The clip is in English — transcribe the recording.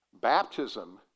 Baptism